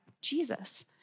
Jesus